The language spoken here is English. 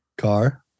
car